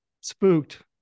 spooked